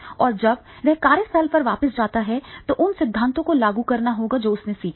और जब वह कार्यस्थल पर वापस जाता है तो उसे उन सिद्धांतों को लागू करना होगा जो उसने सीखे हैं